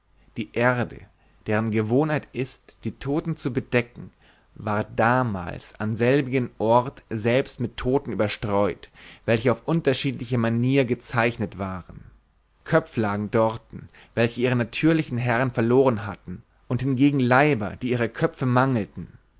die erde deren gewohnheit ist die toten zu bedecken war damals an selbigem ort selbst mit toten überstreut welche auf unterschiedliche manier gezeichnet waren köpf lagen dorten welche ihre natürliche herrn verloren hatten und hingegen leiber die ihrer köpfe mangleten